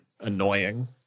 annoying